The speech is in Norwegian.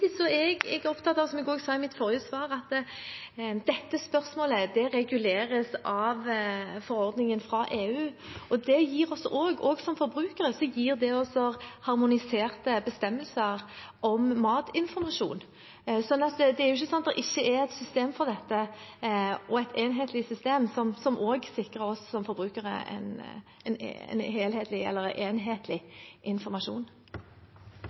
jeg, som jeg sa i mitt forrige svar, opptatt av at dette spørsmålet reguleres av forordningen fra EU. Det gir oss også, også som forbrukere, harmoniserte bestemmelser om matinformasjon. Det er jo ikke slik at det ikke er et system for dette, det er et enhetlig system som også sikrer oss som forbrukere en